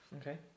Okay